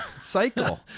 cycle